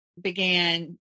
began